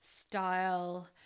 style